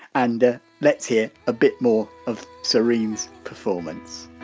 and let's hear a bit more of sirine's performance